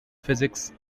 physics